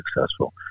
successful